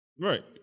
Right